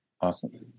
Awesome